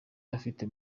afite